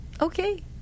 okay